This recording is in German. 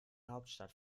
hauptstadt